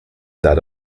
that